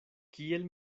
kiel